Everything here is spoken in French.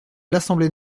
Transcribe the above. l’assemblée